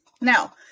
Now